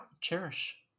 cherish